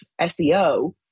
SEO